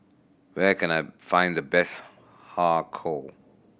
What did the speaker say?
where can I find the best Har Kow